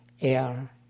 air